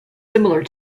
similar